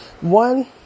One